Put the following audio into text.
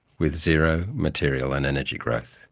with zero material and energy growth.